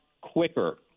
quicker